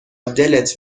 دلت